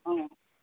অঁ